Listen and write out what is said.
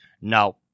No